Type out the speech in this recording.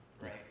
right